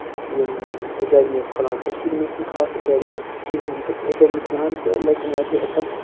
یِم اٮ۪کیڈمیٖز کھُلان کٔشیٖرِ منٛز چھِنہٕ خاص اٮ۪کیڈمی کِہیٖنۍ تہٕ اٮ۪کیڈمی کھلان تہٕ لٔڑکَن واتہِ ہے اَصٕل